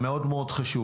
המאוד מאוד חשוב,